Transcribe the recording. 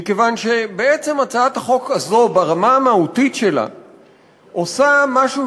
מכיוון שבעצם הצעת החוק הזאת ברמה המהותית שלה עושה משהו